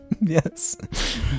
Yes